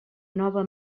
nova